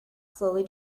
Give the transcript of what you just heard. slowly